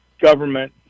government